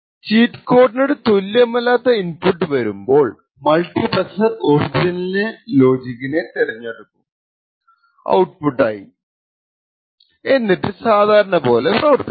cheat കോഡിനോട് തുല്യമല്ലാത്ത inputs വരുമ്പോൾ മുൾട്ടിപ്ളെക്സർ ഒറിജിനൽ ലോജിക് തിരഞ്ഞെടുക്കും ഔട്പുട്ട് ആയി എന്നിട്ട് സാധാരണ പോലെ പ്രവർത്തിക്കും